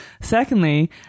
Secondly